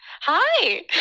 Hi